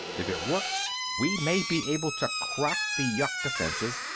if it works, we may be able to crack the yuk defenses,